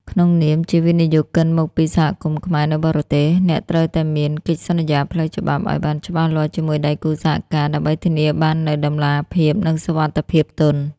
ក្នុងនាមជាវិនិយោគិនមកពី សហគមន៍ខ្មែរនៅបរទេស អ្នកត្រូវតែមាន កិច្ចសន្យាផ្លូវច្បាប់ ឱ្យបានច្បាស់លាស់ជាមួយដៃគូសហការ ដើម្បីធានាបាននូវតម្លាភាព និងសុវត្ថិភាពទុន